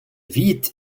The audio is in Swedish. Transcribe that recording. vit